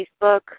Facebook